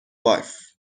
wife